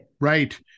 Right